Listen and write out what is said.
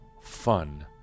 fun